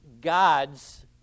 God's